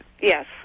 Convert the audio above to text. Yes